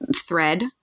thread